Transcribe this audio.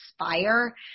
inspire